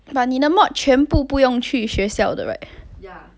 but 你的 mod 全部不用去学校的 right